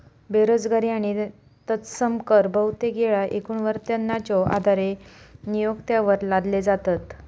बेरोजगारी आणि तत्सम कर बहुतेक येळा एकूण वेतनाच्यो आधारे नियोक्त्यांवर लादले जातत